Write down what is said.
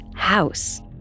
house